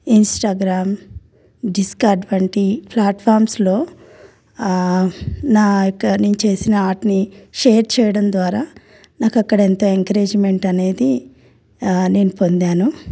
Instagram డిస్కటువంటి ప్లాట్ఫామ్స్లో నాయొక్క నేను చేసిన ఆర్ట్ని షేర్ చేయడం ద్వారా నాకు అక్కడ ఎంతో ఎంకరేజ్మెంట్ అనేది నేను పొందాను